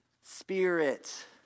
Spirit